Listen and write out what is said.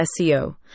SEO